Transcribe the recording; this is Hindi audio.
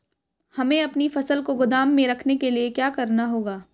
हमें अपनी फसल को गोदाम में रखने के लिये क्या करना होगा?